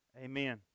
Amen